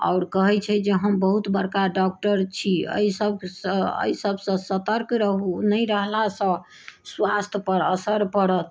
आओर कहै छै जे हम बहुत बड़का डॉक्टर छी एहि सभसँ एहि सभसँ सतर्क रहु नहि रहलासँ स्वास्थ्य पर असर पड़त